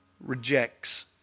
rejects